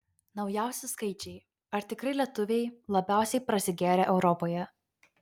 naujausi skaičiai ar tikrai lietuviai labiausiai prasigėrę europoje